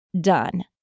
done